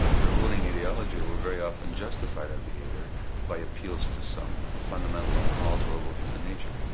the ruling ideology will very often justify that behavior by appeals to some fundamental and unalterable human nature.